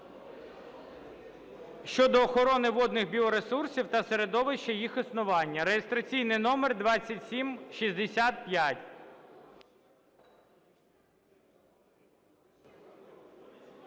…щодо охорони водних біоресурсів та середовища їх існування (реєстраційний номер 2765).